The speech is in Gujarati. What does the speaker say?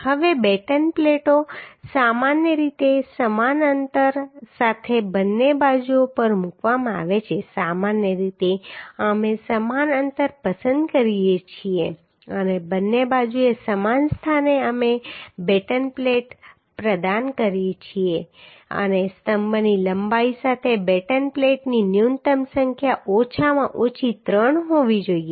હવે બેટન પ્લેટો સામાન્ય રીતે સમાન અંતર સાથે બંને બાજુઓ પર મૂકવામાં આવે છે સામાન્ય રીતે અમે સમાન અંતર પસંદ કરીએ છીએ અને બંને બાજુએ સમાન સ્થાને અમે બેટન પ્લેટ પ્રદાન કરીએ છીએ અને સ્તંભની લંબાઈ સાથે બેટન પ્લેટની ન્યૂનતમ સંખ્યા ઓછામાં ઓછી ત્રણ હોવી જોઈએ